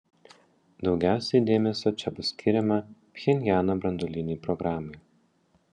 daugiausiai dėmesio čia bus skiriama pchenjano branduolinei programai